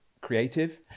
creative